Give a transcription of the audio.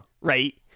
Right